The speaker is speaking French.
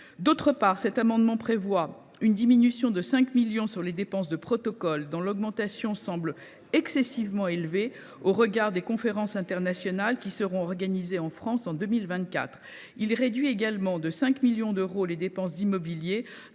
D’une part, cet amendement a pour objet une diminution de 5 millions d’euros des dépenses de protocole, dont l’augmentation semble excessivement élevée au regard des conférences internationales qui seront organisées en France en 2024. Il tend également à réduire de 5 millions d’euros les dépenses d’immobilier,